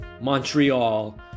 Montreal